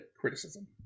Criticism